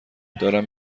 دارم